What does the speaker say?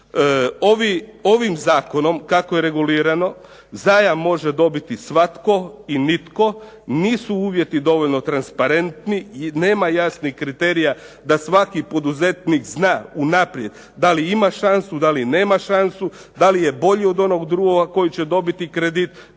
Ovim Zakonom kako je regulirano, zajam može dobiti svatko i nitko nisu uvjeti dovoljno transparentni i nema jasnih kriterija da svaki poduzetnik zna unaprijed da li ima šansu, da li nema šansu da li je bolji od onog drugoga koji će dobiti kredit,